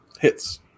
hits